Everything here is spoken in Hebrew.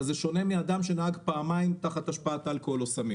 אבל זה שונה מאדם שנהג פעמיים תחת השפעת אלכוהול או סמים